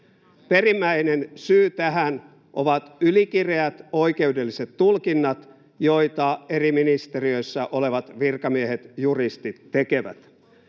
Perimmäinen syy tähän ovat ylikireät oikeudelliset tulkinnat, joita eri ministeriöissä olevat virkamiehet, juristit, tekevät.